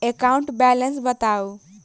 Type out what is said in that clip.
account balance बताउ